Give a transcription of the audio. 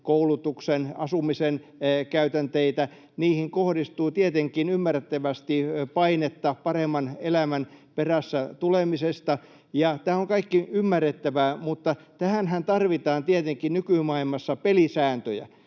koulutuksen, asumisen käytänteitä. Niihin kohdistuu tietenkin ymmärrettävästi painetta paremman elämän perässä tulemisesta. Tämä on kaikki ymmärrettävää, mutta tähänhän tarvitaan tietenkin nykymaailmassa pelisääntöjä.